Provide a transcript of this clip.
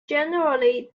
generally